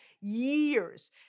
Years